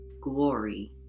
glory